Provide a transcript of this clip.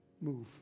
Move